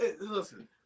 Listen